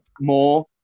more